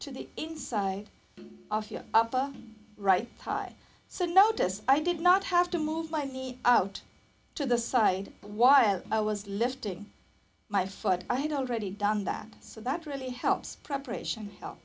to the inside of your upper right thigh so notice i did not have to move my feet out to the side while i was lifting my foot i had already done that so that really helps preparation help